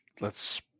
lets